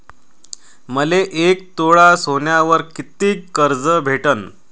मले एक तोळा सोन्यावर कितीक कर्ज भेटन?